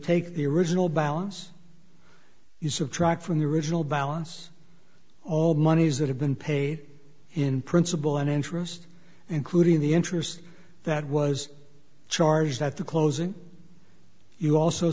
take the original balance you subtract from the original balance all monies that have been paid in principal and interest including the interest that was charged at the closing you also